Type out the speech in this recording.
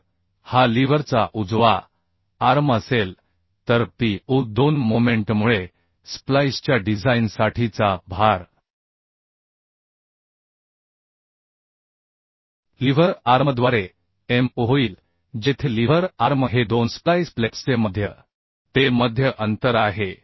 तर हा लीव्हरचा आर्म असेल तरpu 2 मोमेंटमुळे स्प्लाइसच्या डिझाइनसाठीचा भार लीव्हर आर्मद्वारे mu होईल जेथे लीव्हर आर्म हे दोन स्प्लाइस प्लेट्सचे मध्य ते मध्य अंतर आहे